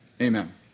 Amen